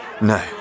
No